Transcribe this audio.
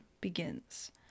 begins